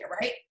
right